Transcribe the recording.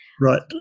Right